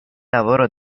lavoro